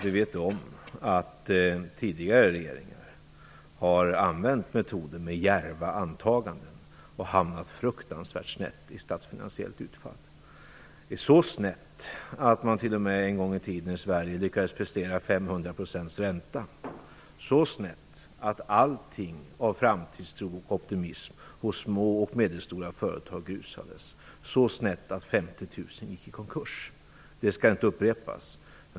Vi vet om att tidigare regeringar har använt metoden med djärva antaganden och hamnat fruktansvärt snett i statsfinansiellt utfall - så snett att man t.o.m. en gång i tiden i Sverige lyckades prestera 500 % ränta, så snett att allting av framtidstro och optimism hos små och medelstora företag grusades, så snett att 50 000 gick i konkurs. Det skall inte upprepas.